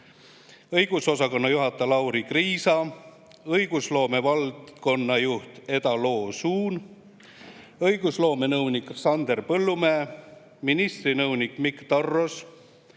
õigusosakonna juhataja Lauri Kriisa, õigusloomevaldkonna juht Eda Loo-Suun, õigusloome nõunik Sander Põllumäe, ministri nõunik Mikk Tarros,